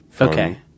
okay